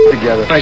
together